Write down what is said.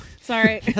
Sorry